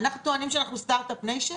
בכלל אנחנו טוענים שאנחנו סטרט-אפ ניישן,